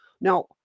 Now